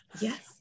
Yes